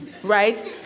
Right